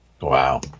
Wow